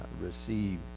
receive